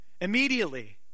Immediately